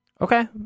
Okay